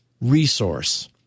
resource